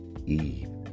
Eve